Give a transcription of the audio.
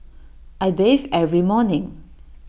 I bathe every morning